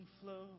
flow